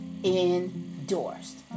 Endorsed